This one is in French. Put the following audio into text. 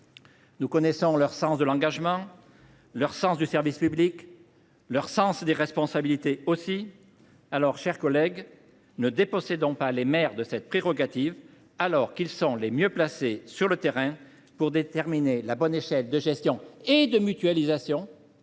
Nous connaissons le sens de l’engagement, du service public et des responsabilités des maires. Mes chers collègues, ne les dépossédons pas de ces prérogatives, alors qu’ils sont les mieux placés, sur le terrain, pour déterminer la bonne échelle de gestion et de mutualisation